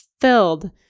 filled